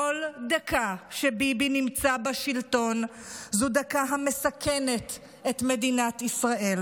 כל דקה שביבי נמצא בשלטון זו דקה המסכנת את מדינת ישראל.